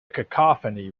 cacophony